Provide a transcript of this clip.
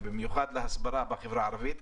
ובמיוחד להסברה בחברה הערבית.